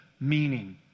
meaning